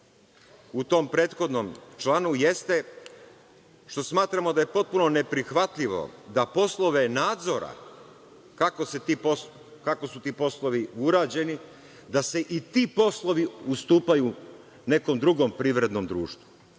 u tom prethodnom članu jeste što smatramo da je potpuno neprihvatljivo da poslove nadzora, kako su ti poslovi urađeni, da se i ti poslovi ustupaju nekom drugom privrednom društvu.